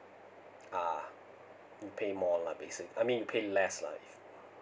ah mm pay more lah basic I mean pay less lah